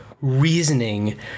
reasoning